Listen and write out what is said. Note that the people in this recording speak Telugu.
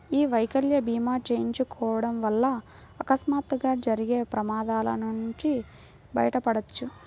యీ వైకల్య భీమా చేయించుకోడం వల్ల అకస్మాత్తుగా జరిగే ప్రమాదాల నుంచి బయటపడొచ్చు